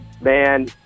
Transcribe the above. Man